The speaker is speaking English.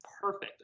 perfect